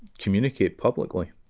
communicate publicly.